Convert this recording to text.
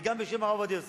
וגם בשם הרב עובדיה יוסף: